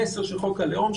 המסר של חוק הלאום,